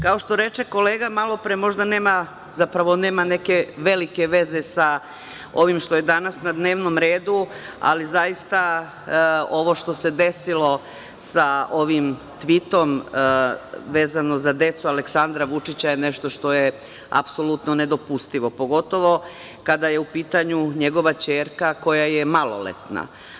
Kao što reče kolega malopre, nema neke velike veze sa ovim što je danas na dnevnom redu, ali zaista ovo što se desilo sa ovim tvitom vezano za decu Aleksandra Vučića je nešto što je apsolutno nedopustivo, pogotovo kada je u pitanju njegova ćerka koja je maloletna.